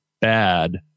bad